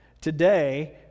Today